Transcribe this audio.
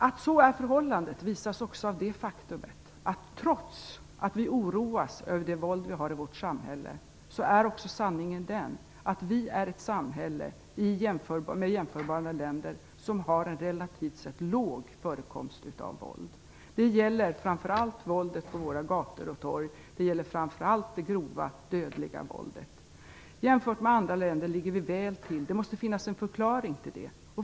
Att så är förhållandet visas också av det faktum att trots att vi oroas över våldet i vårt samhälle är Sverige ett land med relativt låg förekomst av våld, om man ser på andra jämförbara länder. Det gäller våldet på våra gator och torg, och det gäller framför allt det grova dödliga våldet. Jämfört med andra länder ligger vi väl till. Det måste finnas en förklaring till det.